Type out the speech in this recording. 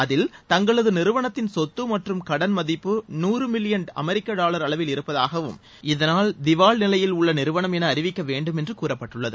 அதில் தங்களது நிறுவனத்தின் சொத்து மற்றும் கடன் மதிப்பு நூறு மில்லியன் அமெரிக்க டாவர் அளவில் இருப்பதாகவும் இதனால் திவால் நிவையில் உள்ள நிறுவனம் என அறிவிக்க வேண்டும் என்று கூறப்பட்டுள்ளது